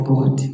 God